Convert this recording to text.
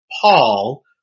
Paul